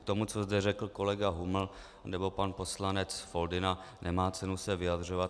K tomu, co zde řekl kolega Huml nebo pan poslanec Foldyna, nemá cenu se vyjadřovat.